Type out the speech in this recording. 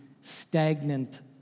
stagnant